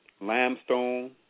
Limestone